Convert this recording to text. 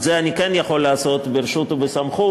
את זה אני כן יכול לעשות ברשות ובסמכות,